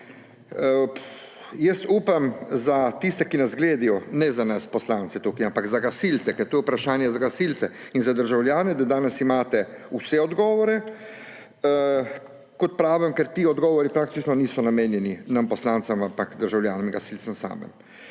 Upam za tiste, ki nas gledajo – ne za nas poslance tukaj, ampak za gasilce, ker je to vprašanje za gasilce in za državljane – da imate danes vse odgovore. Ker kot pravim, ti odgovori praktično niso namenjeni nam poslancem, ampak državljanom in gasilcem samim.